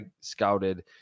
scouted